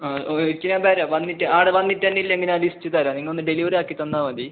ആ ഒരിക്കൽ എന്തായാലും വന്നിട്ട് ആടെ വന്നിട്ട് അതിൽ എങ്ങനെ ലിസ്റ്റ് തരാം നിങ്ങൾ ഒന്ന് ഡെലിവറിയാക്കി തന്നാൽ മതി